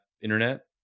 internet